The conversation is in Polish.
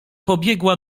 pobiegła